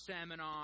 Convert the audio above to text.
seminar